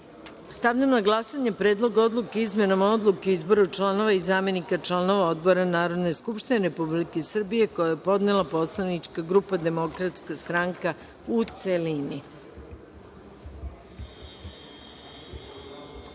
na glasanje Predlog odluke o izmenama Odluke o izboru članova i zamenika članova odbora Narodne skupštine Republike Srbije, koji je podnela poslanička grupa Demokratska stranka, u